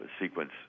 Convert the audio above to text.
sequence